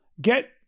Get